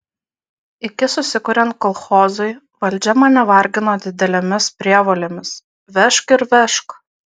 iki susikuriant kolchozui valdžia mane vargino didelėmis prievolėmis vežk ir vežk